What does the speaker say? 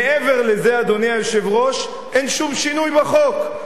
מעבר לזה, אדוני היושב-ראש, אין שום שינוי בחוק.